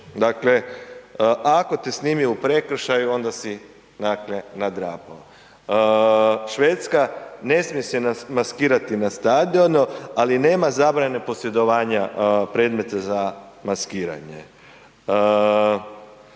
dakle ako te snimi u prekršaju onda si dakle nadrapao. Švedska, ne smije se maskirati na stadionu, ali nema zabrane posjedovanja predmeta za maskiranje.